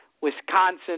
Wisconsin